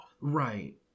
right